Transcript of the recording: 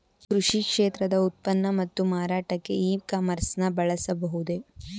ಕೃಷಿ ಕ್ಷೇತ್ರದ ಉತ್ಪನ್ನ ಮತ್ತು ಮಾರಾಟಕ್ಕೆ ಇ ಕಾಮರ್ಸ್ ನ ಬಳಸಬಹುದೇ?